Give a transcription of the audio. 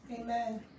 Amen